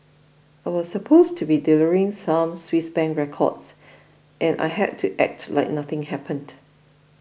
I was supposed to be delivering some Swiss Bank records and I had to act like nothing happened